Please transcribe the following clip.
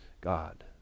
God